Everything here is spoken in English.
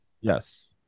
Yes